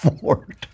Ford